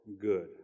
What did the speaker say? good